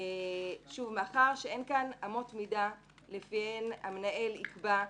מאחר ואין כאן אמות מידה לפיהן המנהל יקבע,